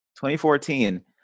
2014